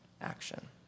action